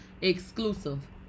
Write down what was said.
exclusive